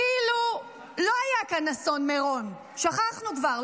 כאילו לא היה כאן אסון מירון, שכחנו כבר.